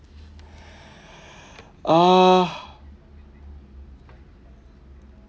uh